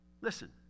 Listen